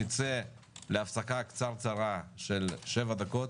נצא להפסקה של שבע דקות,